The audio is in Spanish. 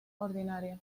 ordinario